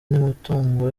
n’imitungo